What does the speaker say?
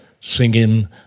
singing